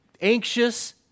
anxious